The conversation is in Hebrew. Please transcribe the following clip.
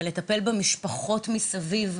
במשפחות מסביב,